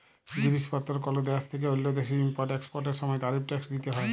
জিলিস পত্তর কল দ্যাশ থ্যাইকে অল্য দ্যাশে ইম্পর্ট এক্সপর্টের সময় তারিফ ট্যাক্স দ্যিতে হ্যয়